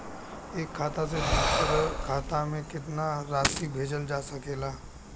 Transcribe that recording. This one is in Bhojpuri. एक खाता से दूसर खाता में केतना राशि भेजल जा सके ला?